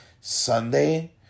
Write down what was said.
Sunday